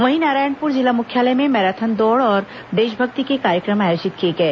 वहीं नारायणपुर जिला मुख्यालय में मैराथन दौड़ और देशभक्ति के कार्यक्रम आयोजित किए गए